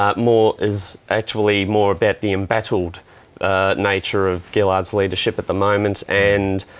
um more is actually more bet the embattled ah. nature of gilovs leadership at the moment and